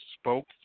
spoke